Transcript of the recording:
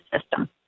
system